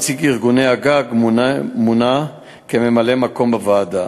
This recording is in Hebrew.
נציג ארגון-הגג מונה כממלא-מקום בוועדה.